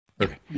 Okay